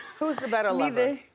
who's the better lover?